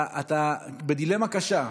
אתה בדילמה קשה: